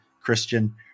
Christian